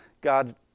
God